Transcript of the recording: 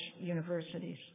universities